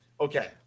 Okay